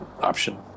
option